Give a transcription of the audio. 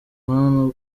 mana